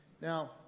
Now